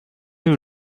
you